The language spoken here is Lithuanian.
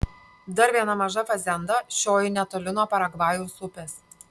dar viena maža fazenda šioji netoli nuo paragvajaus upės